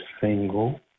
single